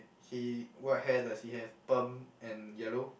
he what hair does he have perm and yellow